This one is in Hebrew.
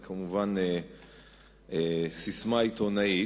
אנחנו כמובן לא אחראים,